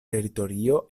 teritorio